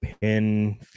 pin